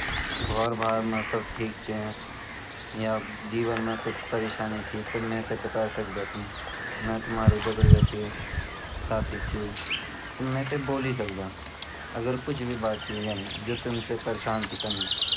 घोर बार मा सब ठीक ची? या जीवन मा कुछ परेशानी ची ता मेते बाते सकदा तुम मैं तुमारु दगड़िया ची साथी ची तुम मैते ब्वोली सकदा अगर कुछ भी बात ची यन जू तुमते परेशान ची कनी।